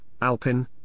Alpin